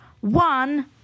one